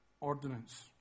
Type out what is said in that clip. Ordinance